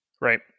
Right